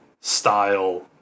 style